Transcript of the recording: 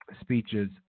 speeches